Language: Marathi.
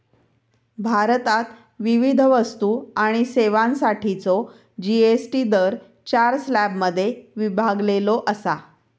भारतात विविध वस्तू आणि सेवांसाठीचो जी.एस.टी दर चार स्लॅबमध्ये विभागलेलो असा